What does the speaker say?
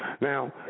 now